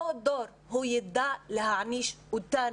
אותו דור יידע להעניש אותנו,